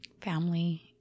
Family